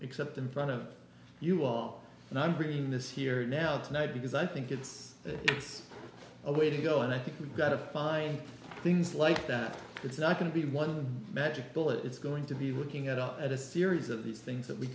except in front of you all and i'm bringing this here now tonight because i think it's a it's a way to go and i think we've got to find things like that it's not going to be one magic bullet it's going to be looking at all at a series of these things that we